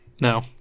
No